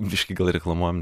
biški gal reklamuojam